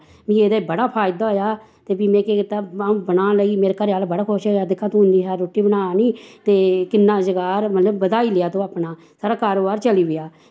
मिगी एह्दे च बड़ा फायदा होआ ते फ्ही में केह् कीता अऊं बनान लगी मेरे घरे आह्ला बड़ा खुश होआ दिक्खां तूं इन्नी शैल रुट्टी बनान्नी ते किन्ना रुजगार मतलव बधाई लेई साढ़ा कारोबार चली पेआ